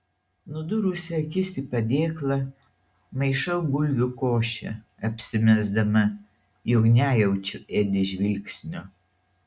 nudūrusi akis į padėklą maišau bulvių košę apsimesdama jog nejaučiu edi žvilgsnio